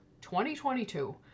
2022